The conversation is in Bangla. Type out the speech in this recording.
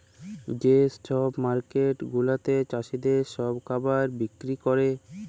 যে ছব মার্কেট গুলাতে চাষীদের ছব খাবার বিক্কিরি ক্যরে